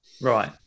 Right